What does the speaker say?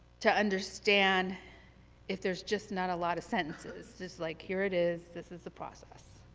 to understand if there's just not a lot of sentences, just like here it is, this is a process.